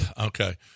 okay